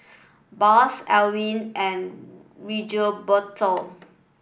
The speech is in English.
Boss Alwine and Rigoberto